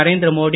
Narendra Modi